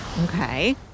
okay